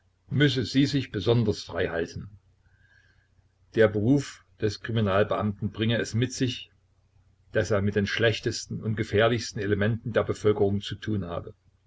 müsse sie sich besonders frei halten der beruf des kriminalbeamten bringe es mit sich daß er mit den schlechtesten und gefährlichsten elementen der bevölkerung zu tun habe